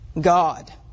God